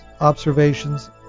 observations